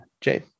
Jay